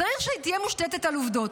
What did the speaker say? צריך שהיא תהיה מושתתת על עובדות.